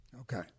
Okay